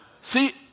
See